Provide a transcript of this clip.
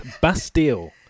Bastille